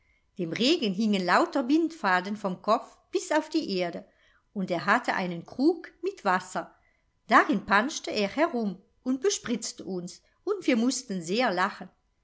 dem regen hingen lauter bindfaden vom kopf bis auf die erde und er hatte einen krug mit wasser darin pantschte er herum und bespritzte uns und wir mußten sehr lachen